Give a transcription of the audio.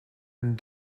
and